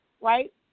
right